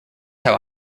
how